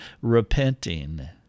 repenting